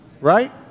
right